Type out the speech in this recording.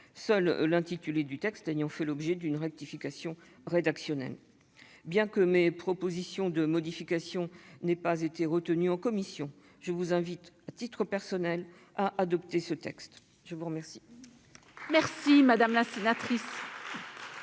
seul l'intitulé du texte ayant fait l'objet d'une rectification rédactionnelle. Bien que mes propositions de modification n'aient pas été retenues en commission, je vous invite, à titre personnel, à adopter ce texte. La parole est à M. le secrétaire